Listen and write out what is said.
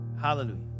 hallelujah